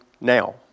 now